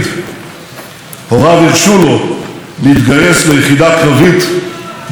הרשו לו להתגייס ליחידה קרבית בצבא ההגנה לישראל.